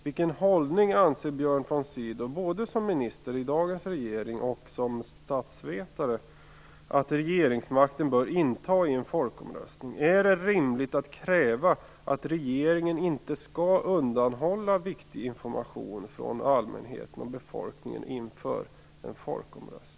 Vilken hållning anser Björn von Sydow, både som minister i dagens regering och som statsvetare, att regeringsmakten bör inta i en folkomröstning? Är det rimligt att kräva att regeringen inte skall undanhålla viktig information från allmänheten och befolkningen inför en folkomröstning?